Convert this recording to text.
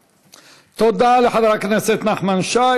אתם לא חלק ממדינת ישראל,